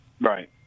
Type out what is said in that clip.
right